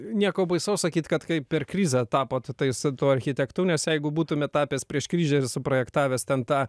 nieko baisaus sakyt kad kai per krizę tapot tais tuo architektu nes jeigu būtumėt tapęs prieš krizę ir suprojektavęs ten tą